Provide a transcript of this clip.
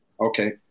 okay